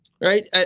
right